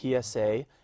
PSA